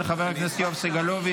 של חבר הכנסת יואב סגלוביץ'.